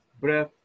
breath